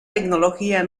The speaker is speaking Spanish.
tecnología